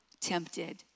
tempted